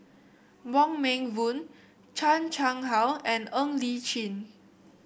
Wong Meng Voon Chan Chang How and Ng Li Chin